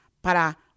para